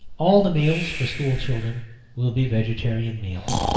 all the meals for school children will be vegetarian meals.